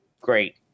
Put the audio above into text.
great